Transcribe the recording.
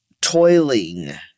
toiling